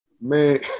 Man